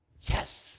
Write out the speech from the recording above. Yes